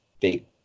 big